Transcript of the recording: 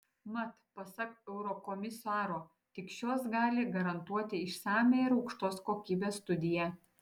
mat pasak eurokomisaro tik šios gali garantuoti išsamią ir aukštos kokybės studiją